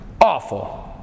Awful